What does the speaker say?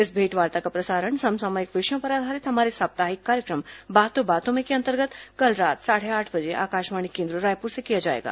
इस भेंटवार्ता का प्रसारण समसामयिक विषयों पर आधारित हमारे साप्ताहिक कार्यक्रम बातों बातों में के अंतर्गत कल रात साढ़े आठ बजे आकाशवाणी केन्द्र रायपुर से किया जाएगा